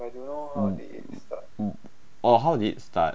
oh how did it start